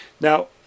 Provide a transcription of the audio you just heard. Now